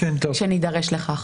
כשנידרש לכך.